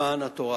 למען התורה.